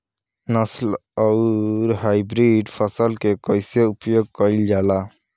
नस्ल आउर हाइब्रिड फसल के कइसे प्रयोग कइल जाला?